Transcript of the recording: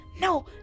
No